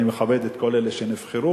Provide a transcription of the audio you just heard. אני מכבד את כל אלה שנבחרו,